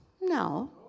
No